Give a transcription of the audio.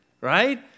right